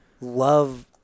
love